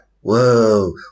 whoa